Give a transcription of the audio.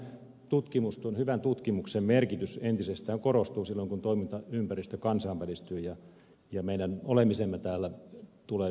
tällaisen tutkimustyön hyvän tutkimuksen merkitys entisestään korostuu silloin kun toimintaympäristö kansainvälistyy ja meidän olemisemme täällä tulee globalisaation piiriin